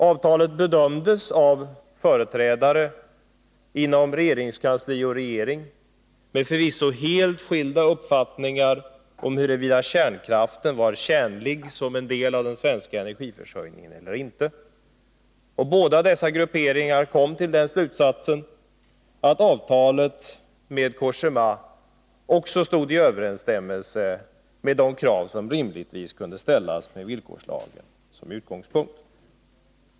Avtalet bedömdes av företrädare inom regeringskansliet och regeringen med förvisso helt skilda uppfattningar om huruvida kärnkraften var tjänlig som en del i den svenska energiförsörjningen eller inte. Båda dessa grupperingar kom till den slutsatsen att avtalet med Cogéma också stod i överensstämmelse med de krav som rimligtvis kunde ställas med villkorslagen som utgångspunkt.